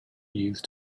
used